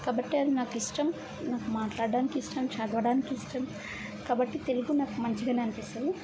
కాబట్టి అది నాకు ఇష్టం నాకు మాట్లాడడానికి ఇష్టం చదవడానికి ఇష్టం కాబట్టి తెలుగు నాకు మంచిగానే అనిపిస్తుంది